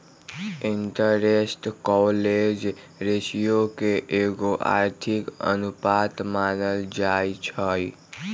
interest coverage ratio के एगो आर्थिक अनुपात मानल जाइ छइ